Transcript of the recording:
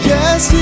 Yes